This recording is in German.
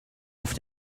auf